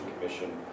Commission